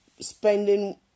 spending